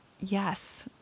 Yes